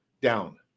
down